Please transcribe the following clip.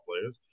players